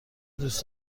دوست